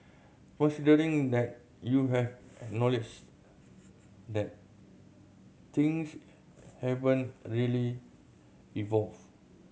that you have acknowledged that things haven't really evolved